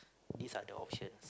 these are the options